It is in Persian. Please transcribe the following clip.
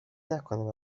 نکنم